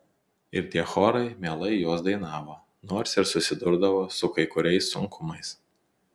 ir tie chorai mielai juos dainavo nors ir susidurdavo su kai kuriais sunkumais